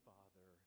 Father